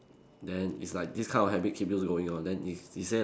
then it's like this kind of habit keeps you going on then he he say like